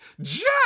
Jack